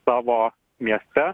savo mieste